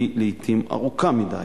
והיא לעתים ארוכה מדי.